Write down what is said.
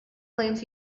claims